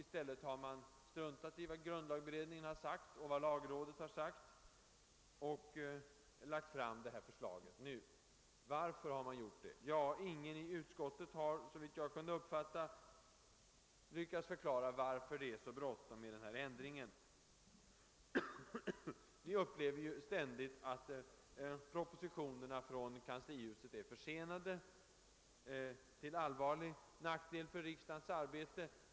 I stället har regeringen struntat i vad grundlagberedningen och lagrådet uttalat och nu lagt fram ett förslag. Varför? Ja, ingen i utskottet har, såvitt jag har kunnat uppfatta, lyckats förklara varför det är så bråttom med denna ändring. Vi upplever ju ständigt att propositionerna från kanslihuset är försenade, till allvarlig nackdel för riksdagens arbete.